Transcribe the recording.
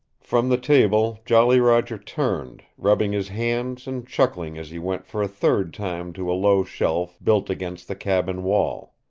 from the table jolly roger turned, rubbing his hands and chuckling as he went for a third time to a low shelf built against the cabin wall.